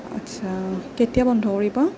আচ্ছা কেতিয়া বন্ধ কৰিব